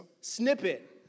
snippet